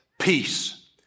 peace